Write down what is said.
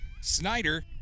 Snyder